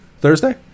Thursday